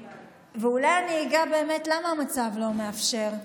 ואולי אני אגע באמת בלמה המצב לא מאפשר,